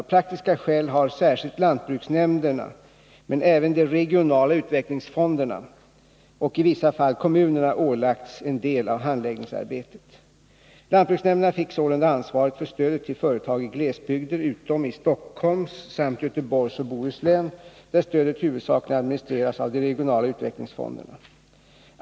Av praktiska skäl har särskilt lantbruksnämnderna men även de regionala utvecklingsfonderna och i vissa fall kommunerna ålagts en del av handläggningsarbetet. Lantbruksnämnderna fick sålunda ansvaret för stödet till företag i glesbygder utom i Stockholms samt Göteborgs och Bohus län, där stödet huvudsakligen administreras av de regionala utvecklingsfonderna.